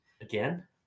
Again